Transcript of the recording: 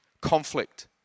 conflict